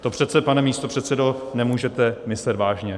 To přece, pane místopředsedo, nemůžete myslet vážně.